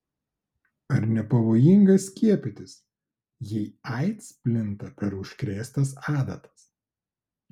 ar nepavojinga skiepytis jei aids plinta per užkrėstas adatas